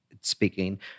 speaking